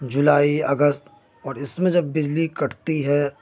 جولائی اگست اور اس میں جب بجلی کٹتی ہے